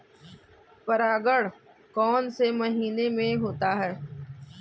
परागण कौन से महीने में होता है?